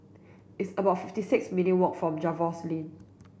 it's about fifty six minutes' walk to Jervois Lane